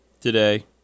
Today